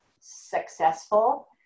successful